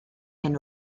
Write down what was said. hen